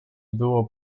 było